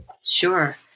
Sure